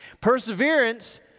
Perseverance